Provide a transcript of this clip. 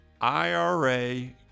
IRA